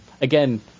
Again